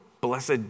blessed